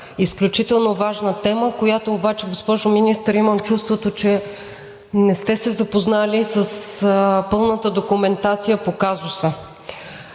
Изключително важна тема, с която обаче, госпожо Министър, имам чувството, че не сте се запознали с пълната документация по казуса.